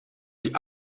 die